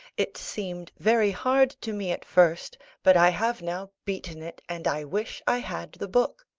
it seemed very hard to me at first but i have now beaten it, and i wish i had the book.